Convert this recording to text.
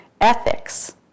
Ethics